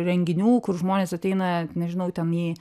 renginių kur žmonės ateina nežinau ten į